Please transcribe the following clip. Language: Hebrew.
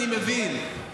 אני מבין,